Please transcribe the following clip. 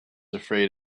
afraid